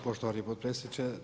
poštovani potpredsjedniče.